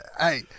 Hey